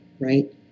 right